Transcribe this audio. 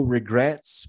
Regrets